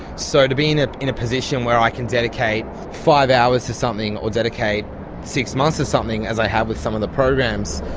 so to be in ah in a position where i can dedicate five hours to something, or dedicate six months to something, as i have with some of the programs,